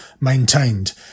maintained